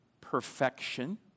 perfection